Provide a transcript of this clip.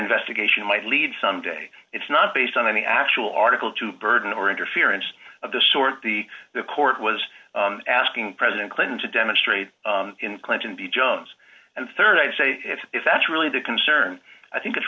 investigation might lead some to and it's not based on any actual article to burden or interference of the sort the the court was asking president clinton to demonstrate in clinton v jones and rd i'd say if that's really the concern i think it's